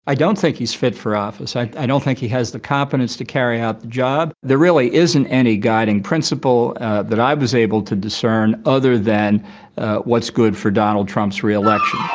i don't think he's fit for office. i i don't think he has the competence to carry out the job. there really isn't any guiding principle that i was able to discern other than what's good for donald trump's re-election